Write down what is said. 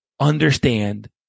understand